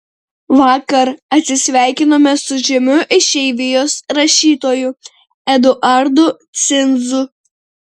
vakar atsisveikinome su žymiu išeivijos rašytoju eduardu cinzu